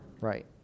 Right